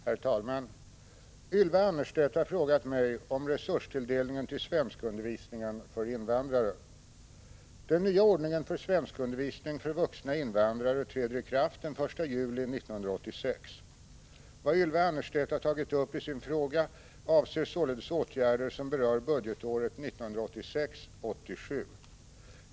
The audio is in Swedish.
Herr talman! Ylva Annerstedt har frågat mig om resurstilldelningen till svenskundervisningen för invandrare. Den nya ordningen för svenskundervisning för vuxna invandrare träder i kraft den 1 juli 1986. Vad Ylva Annerstedt har tagit upp i sin fråga avser således åtgärder som berör budgetåret 1986/87.